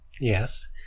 Yes